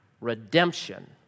redemption